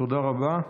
תודה רבה.